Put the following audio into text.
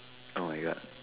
[oh]-my-God